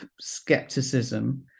skepticism